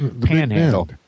panhandle